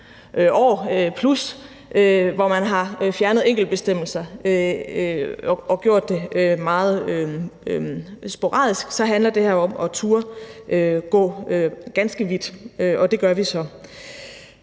20 år, hvor man har fjernet enkeltbestemmelser og gjort det meget sporadisk, så handler det her om at turde gå ganske vidt. Og det gør vi så.